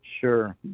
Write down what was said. Sure